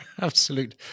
absolute